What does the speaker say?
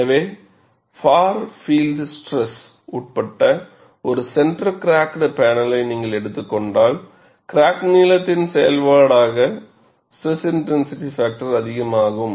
எனவே far field stress உட்பட்ட ஒரு சென்டர் கிராக்ட் பேனலை நீங்கள் எடுத்துக்கொண்டால் கிராக் நீளத்தின் செயல்பாடாக SIF அதிகரிக்கும்